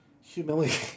humiliating